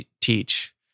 teach